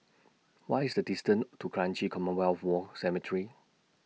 What IS The distance to Kranji Commonwealth War Cemetery